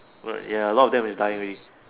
but ya a lot of them is dying already